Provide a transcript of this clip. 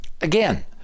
Again